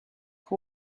who